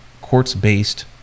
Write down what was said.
quartz-based